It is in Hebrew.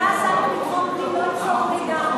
במליאה השר לביטחון פנים לא ימסור מידע.